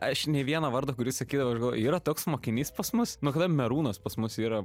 aš nei vieno vardo kurį sakydavo aš galvoju yra toks mokinys pas mus nuo kada merūnas pas mus yra